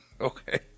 Okay